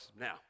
now